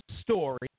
story